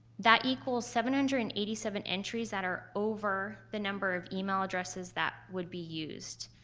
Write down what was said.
that equals seven hundred and eighty seven entries that are over the number of email addresses that would be used.